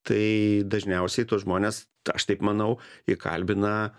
tai dažniausiai tuos žmones t aš taip manau įkalbina